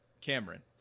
cameron